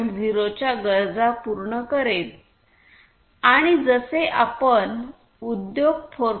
0 च्या गरजा पूर्ण करेल आणि जसे आपण उद्योग 4